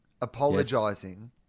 apologising